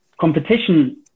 competition